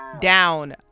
down